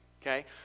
Okay